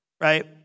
right